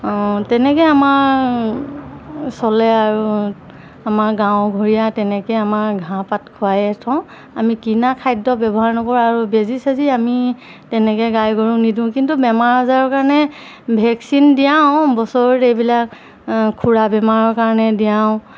তেনেকৈ আমাৰ চলে আৰু আমাৰ গাঁওঘৰীয়া তেনেকৈ আমাৰ ঘাঁহ পাত খোৱাই থওঁ আমি কিনা খাদ্য ব্যৱহাৰ নকৰোঁ আৰু বেজি চেজি আমি তেনেকৈ গাই গৰু নিদিওঁ কিন্তু বেমাৰ আজাৰৰ কাৰণে ভেকচিন দিয়াওঁ বছৰত এইবিলাক খোৰা বেমাৰৰ কাৰণে দিয়াওঁ